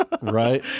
Right